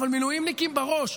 אבל מילואימניקים בראש.